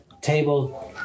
table